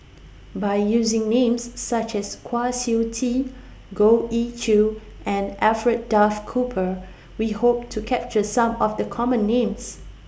By using Names such as Kwa Siew Tee Goh Ee Choo and Alfred Duff Cooper We Hope to capture Some of The Common Names